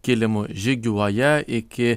kilimu žygiuoja iki